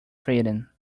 freedom